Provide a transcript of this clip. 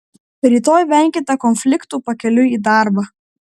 rytoj venkite konfliktų pakeliui į darbą